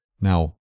Now